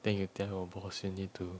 then you tell your boss you need to